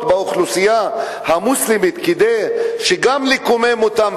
באוכלוסייה המוסלמית כדי לקומם גם אותם?